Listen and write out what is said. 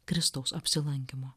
kristaus apsilankymo